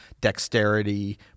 dexterity